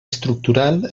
estructural